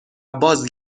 باز